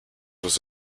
was